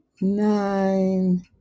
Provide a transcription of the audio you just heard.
nine